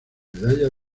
medalla